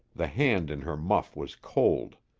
the hand in her muff was cold.